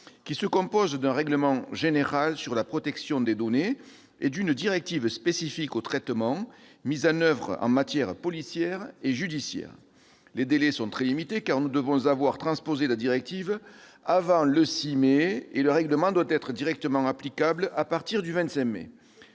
qui se compose d'un règlement général sur cette protection et d'une directive spécifique aux traitements mis en oeuvre en matière policière et judiciaire. Les délais sont très limités : nous devons avoir transposé la directive avant le 6 mai prochain, et le règlement doit être directement applicable à partir du 25 mai